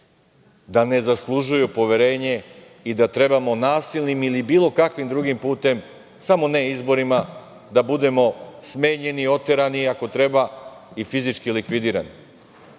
da ne zaslužuju poverenje i da trebamo nasilnim ili bilo kakvim drugim putem, samo ne izborima, da budemo smenjeni i oterani, a ako treba i fizički likvidirani.